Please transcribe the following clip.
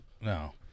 No